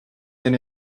than